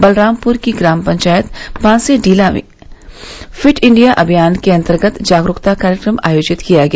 बलरामपुर की ग्राम पंचायत बांसे डीला में फिट इंडिया अभियान के अंतर्गत जागरूकता कार्यक्रम आयोजित किया गया